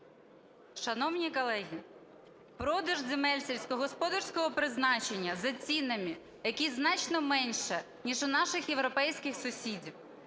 Шановні колеги, продаж земель сільськогосподарського призначення за цінами, які значно менші, ніж у наших європейських сусідів.